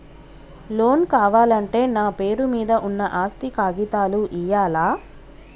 Loan కావాలంటే నా పేరు మీద ఉన్న ఆస్తి కాగితాలు ఇయ్యాలా?